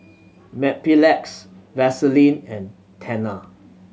Mepilex Vaselin and Tena